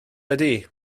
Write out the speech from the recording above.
ydy